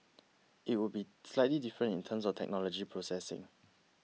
it would be slightly different in terms of technology processing